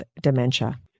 dementia